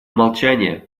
молчания